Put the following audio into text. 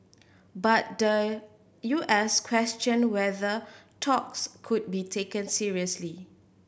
but the U S questioned whether talks could be taken seriously